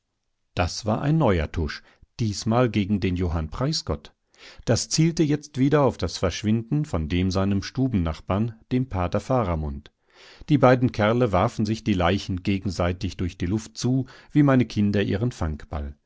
das war ein neuer tusch diesmal gegen den johann preisgott das zielte jetzt wieder auf das verschwinden von dem seinem stubennachbarn dem pater faramund die beiden kerle warfen sich die leichen gegenseitig durch die luft zu wie meine kinder ihren